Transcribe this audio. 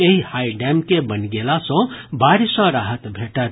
एहि हाईडैम के बनि गेला सँ बाढ़ि सँ राहत भेटत